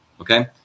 Okay